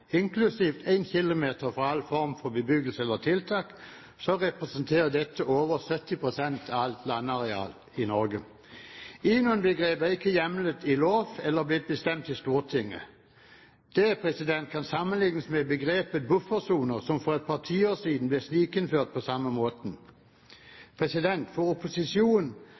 fra all form for bebyggelse eller tiltak representerer dette over 70 pst. av alt landareal i Norge. INON-begrepet er ikke hjemlet i lov eller blitt bestemt i Stortinget. Det kan sammenlignes med begrepet «buffersoner», som for et par tiår siden ble snikinnført på samme måte. For